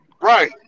right